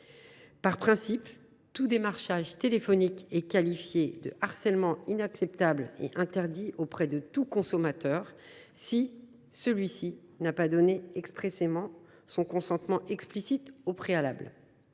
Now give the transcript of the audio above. Par principe, tout démarchage téléphonique est qualifié de harcèlement inacceptable et interdit auprès de tout consommateur qui n’y aurait pas donné son consentement explicite préalable.